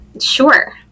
sure